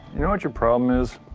your and your problem is?